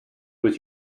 was